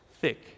thick